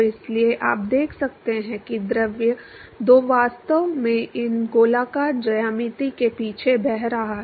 तो इसलिए आप देख सकते हैं कि द्रव दो वास्तव में इन गोलाकार ज्यामिति के पीछे बह रहा है